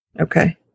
Okay